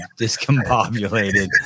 discombobulated